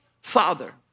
Father